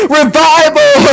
revival